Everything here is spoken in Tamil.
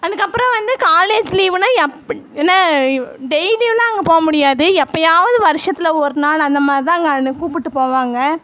அதுக்கப்பறம் வந்து காலேஜ் லீவுன்னா டெய்லியுலாம் அங்கே போக முடியாது எப்போயாவது வருஷத்தில் ஒரு நாள் அந்த மாதிரிதான் அங்கே என்ன கூப்பிட்டு போவாங்க